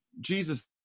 Jesus